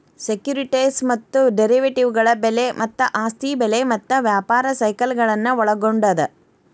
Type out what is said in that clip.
securities ಮತ್ತ ಡೆರಿವೇಟಿವ್ಗಳ ಬೆಲೆ ಮತ್ತ ಆಸ್ತಿ ಬೆಲೆ ಮತ್ತ ವ್ಯಾಪಾರ ಸೈಕಲ್ಗಳನ್ನ ಒಳ್ಗೊಂಡದ